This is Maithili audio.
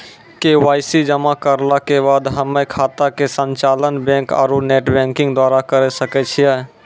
के.वाई.सी जमा करला के बाद हम्मय खाता के संचालन बैक आरू नेटबैंकिंग द्वारा करे सकय छियै?